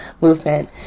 movement